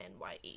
NYE